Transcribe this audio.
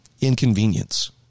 inconvenience